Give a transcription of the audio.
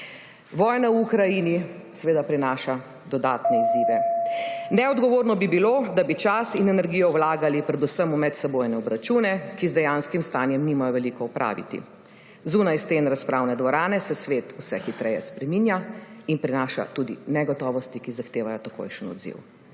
Vojna v Ukrajini seveda prinaša dodatne izzive. Neodgovorno bi bilo, da bi čas in energijo vlagali predvsem v medsebojne obračune, ki z dejanskim stanjem nimajo veliko opraviti. Zunaj sten razpravne dvorane se svet vse hitreje spreminja in prinaša tudi negotovosti, ki zahtevajo takojšnji odziv.